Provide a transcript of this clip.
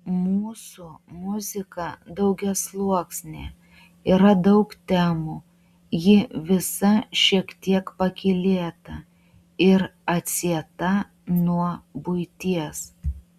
mūsų muzika daugiasluoksnė yra daug temų ji visa šiek tiek pakylėta ir atsieta nuo buities